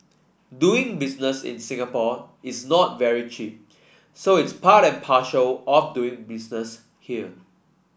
doing business in Singapore is not very cheap so it's part and parcel of doing business here